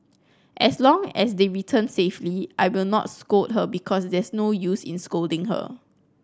as long as they return safely I will not scold her because there's no use in scolding her